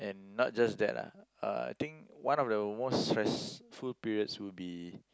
and not just that lah uh I think one of the most stressful periods would be